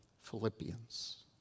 Philippians